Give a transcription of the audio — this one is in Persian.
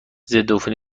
ضدعفونی